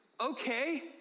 okay